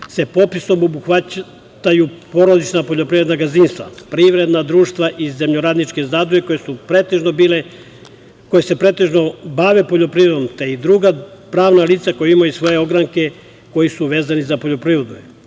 se popisom obuhvataju porodična poljoprivredna gazdinstva, privredna društva i zemljoradničke zadruge koje se pretežno bave poljoprivredom i druga pravna lica koja imaju svoje ogranke, koji su vezani za poljoprivredu.